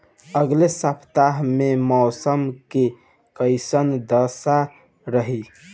अलगे सपतआह में मौसम के कइसन दशा रही?